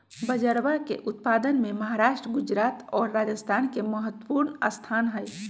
बजरवा के उत्पादन में महाराष्ट्र गुजरात और राजस्थान के महत्वपूर्ण स्थान हई